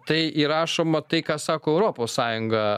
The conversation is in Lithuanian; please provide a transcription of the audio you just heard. tai įrašoma tai ką sako europos sąjunga